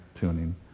tuning